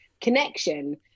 connection